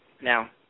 Now